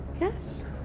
Yes